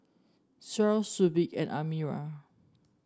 Syah Shuib and Amirah